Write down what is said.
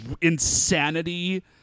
insanity